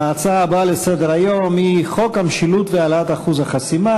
ההצעה הבאה לסדר-היום היא: חוק המשילות והעלאת אחוז החסימה,